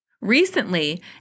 Recently